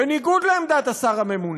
בניגוד לעמדת השר הממונה,